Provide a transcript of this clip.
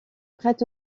prête